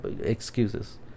excuses